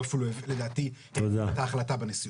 הוא אפילו לדעתי העביר את ההחלטה בנשיאות.